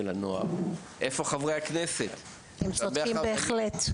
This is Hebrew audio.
של הנוער: ״איפה חברי הכנסת?״ הם צודקים בהחלט.